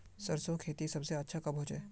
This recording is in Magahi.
सरसों खेती सबसे अच्छा कब होचे?